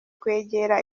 kwegera